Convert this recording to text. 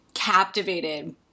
Captivated